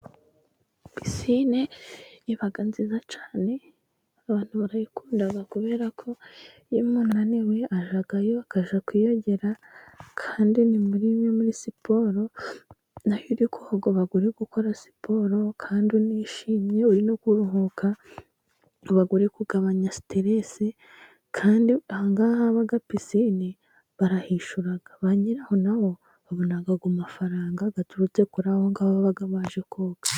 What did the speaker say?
Pisine iba nziza cyane abantu barayikunda kubera ko iyo unaniwe ajyayo akajya kwiyogera. Kandi iri muri imwe muri siporo n'iyo urikoga uba uri gukora siporo kandi unishimye uri no kuruhuka ngo uba uri kugabanya siteresi. Kandi ahaba pisine barahishura banyirayo nabo babona ku mafaranga aturutse kuri abo ngabo baba baje koga.